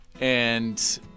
and-